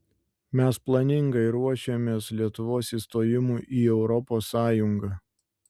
mes planingai ruošėmės lietuvos įstojimui į europos sąjungą